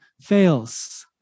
fails